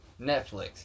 Netflix